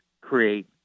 create